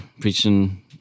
preaching